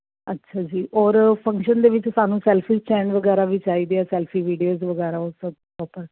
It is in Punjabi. ਅੱਛਾ ਜੀ ਔਰ ਫੰਕਸ਼ਨ ਦੇ ਵਿੱਚ ਸਾਨੂੰ ਸੈਲਫੀ ਚੈਨਲ ਵਗੈਰਾ ਵੀ ਚਾਹੀਦੇ ਆ ਸੈਲਫੀ ਵੀਡੀਓਜ ਵਗੈਰਾ ਉਹ ਸਭ ਉੱਪਰ